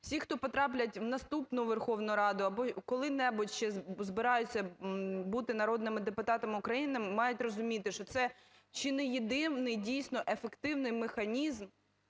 Всі, хто потраплять в наступну Верховну Раду або коли-небудь ще збираються бути народними депутатами України, мають розуміти, що це чи не єдиний, дійсно, ефективний механізм